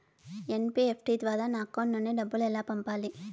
NEFT ద్వారా నా account నుండి డబ్బులు ఎలా పంపాలి